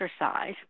exercise –